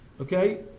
okay